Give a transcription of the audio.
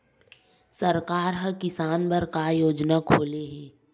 सरकार ह किसान बर का योजना खोले हे?